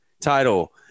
title